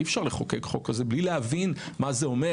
אי אפשר לחוקק חוק כזה בלי להבין מה זה אומר.